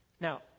Now